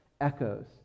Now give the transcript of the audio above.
echoes